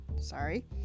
Sorry